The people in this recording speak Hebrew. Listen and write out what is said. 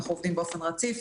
אנחנו עובדים באופן רציף.